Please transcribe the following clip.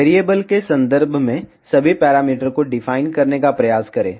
variable के संदर्भ में सभी पैरामीटर को डिफाइन करने का प्रयास करें